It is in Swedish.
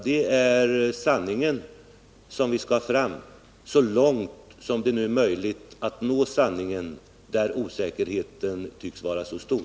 Det är sanningen vi skall ha fram, så långt det nu är möjligt att nå fram till den, när osäkerheten tycks vara så stor.